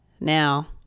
now